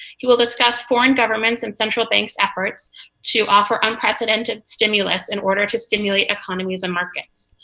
he will discuss foreign governments' and central banks' efforts to offer unprecedented stimulus in order to stimulate economies and markets.